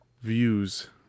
views